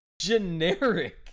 generic